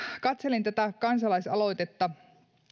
katselin tätä kansalaisaloitetta